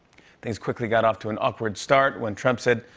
things quickly got off to an awkward start when trump said,